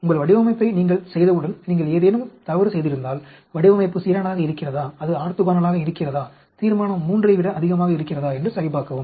உங்கள் வடிவமைப்பை நீங்கள் செய்தவுடன் நீங்கள் ஏதேனும் தவறு செய்திருந்தால் வடிவமைப்பு சீரானதாக இருக்கிறதா அது ஆர்த்தோகனலாக இருக்கிறதா தீர்மானம் 3 ஐ விட அதிகமாக இருக்கிறதா என்று சரிபார்க்கவும்